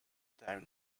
down